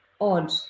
odd